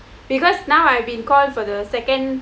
because now I've been called for the second